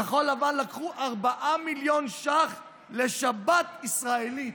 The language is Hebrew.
כחול לבן לקחו 4 מיליון שקלים לשבת ישראלית,